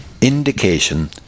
indication